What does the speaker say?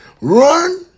Run